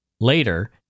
Later